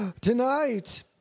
tonight